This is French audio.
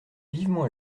vivement